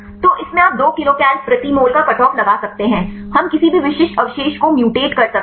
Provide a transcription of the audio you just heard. तो इसमें आप 2 किलोकल प्रति मोल का कट ऑफ लगा सकते हैं हम किसी भी विशिष्ट अवशेष को मूटैत कर सकते हैं